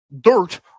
dirt